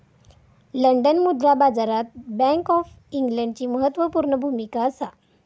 London मुद्रा बाजारात bank of इंग्लंडची म्हत्त्वापूर्ण भुमिका असा